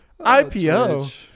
IPO